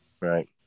Right